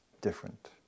different